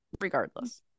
regardless